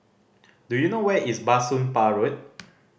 do you know where is Bah Soon Pah Road